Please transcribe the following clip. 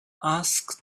ask